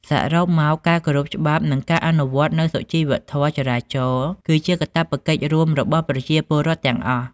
សរុបមក ការគោរពច្បាប់និងការអនុវត្តនូវសុជីវធម៌ចរាចរណ៍គឺជាកាតព្វកិច្ចរួមរបស់ប្រជាពលរដ្ឋទាំងអស់។